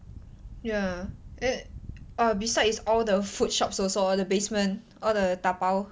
ya eh err beside is all the food shops also all the basement all the dabao